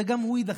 וגם הוא יידחה.